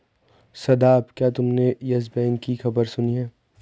शादाब, क्या तुमने Yes Bank की खबर सुनी है?